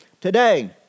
today